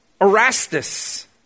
Erastus